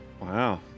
Wow